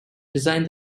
designed